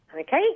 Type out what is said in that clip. Okay